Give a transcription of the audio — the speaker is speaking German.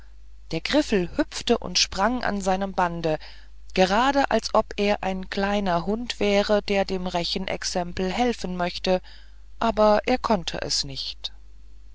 der griffel hüpfte und sprang an seinem bande gerade als ob er ein kleiner hund wäre der dem rechenexempel helfen möchte aber er konnte es nicht